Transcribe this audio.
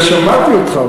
שמעתי אותך,